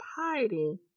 hiding